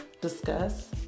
Discuss